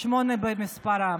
שמונה במספר.